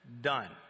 done